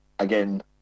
again